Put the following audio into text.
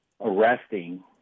arresting